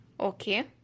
Okay